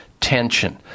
tension